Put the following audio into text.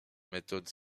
méthodes